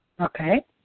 Okay